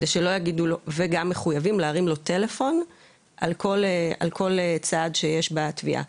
וגם מחויבים להרים לו טלפון על כל צעד שיש בתביעה.